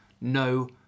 no